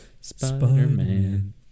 Spider-Man